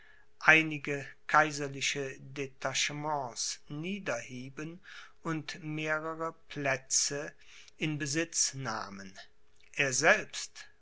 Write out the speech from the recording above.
einige kaiserliche detachements niederhieben und mehrere plätze in besitz nahmen er selbst